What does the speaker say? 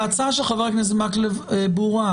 ההצעה של חבר הכנסת מקלב ברורה.